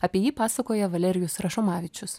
apie jį pasakoja valerijus rašomavičius